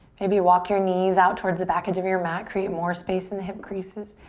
maybe walk your knees out towards the back edge of your mat. create more space in the hip creases.